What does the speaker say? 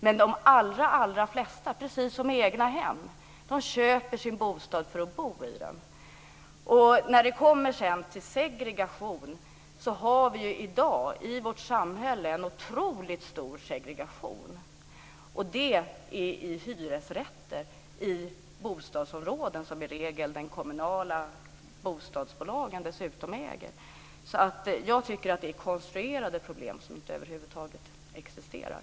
Men för de allra flesta är det precis som med egna hem. De köper sin bostad för att bo i den. När det sedan gäller segregation har vi i dag i vårt samhälle en otroligt stor segregation. Det är i hyresrätter i bostadsområden som i regel de kommunala bostadsbolagen dessutom äger. Jag tycker att det är konstruerade problem som över huvud taget inte existerar.